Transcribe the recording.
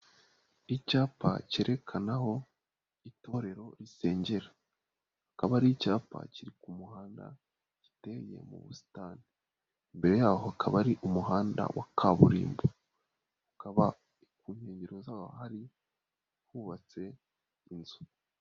Icyapa cyerekana aho itorero risengera, akaba ari icyapa kiri ku muhanda giteye mu busitani. Imbere yaho hakaba hari umuhanda wa kaburimbo. Hakaba ku nkengero zawo hubatse inzu.